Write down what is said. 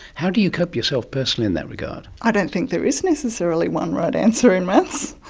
how do you cope yourself personally in that regard? i don't think there is necessarily one right answer in maths.